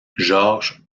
georges